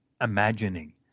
imagining